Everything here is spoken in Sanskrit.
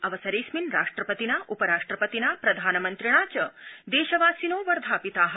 अवसरेऽस्मिन् राष्ट्रपतिना उपराष्ट्रपतिना प्रधानमन्त्रिणा च देशवासिनो वर्धापिता